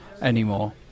anymore